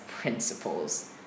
principles